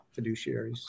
fiduciaries